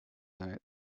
night